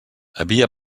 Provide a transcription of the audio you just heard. havia